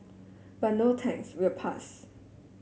but no thanks we'll pass